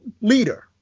leader